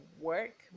work